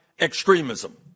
extremism